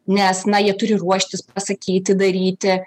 nes na jie turi ruoštis pasakyti daryti